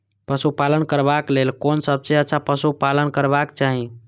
पशु पालन करबाक लेल कोन सबसँ अच्छा पशु पालन करबाक चाही?